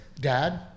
Dad